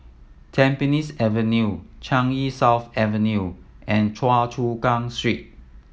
Tampines Avenue Changi South Avenue and Choa Chu Kang Street